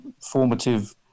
formative